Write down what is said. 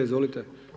Izvolite.